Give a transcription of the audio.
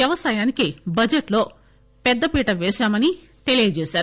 వ్యవసాయానికి బడ్జెట్ లో పెద్దపీట పేశామని తెలిపారు